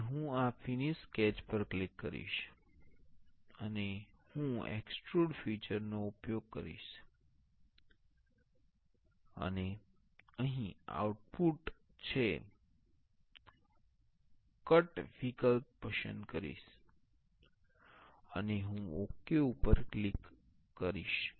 અને હું આ ફિનિશ્ડ સ્કેચ પર ક્લિક કરીશ અને હું એક્સટ્રુડ ફિચર નો ઉપયોગ કરીશ અને અહીં આઉટપુટ છે હું કટ વિકલ્પ પસંદ કરીશ અને હું ઓકે પર ક્લિક કરીશ